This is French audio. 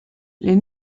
les